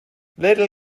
little